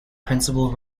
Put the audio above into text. principal